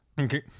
Okay